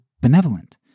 benevolent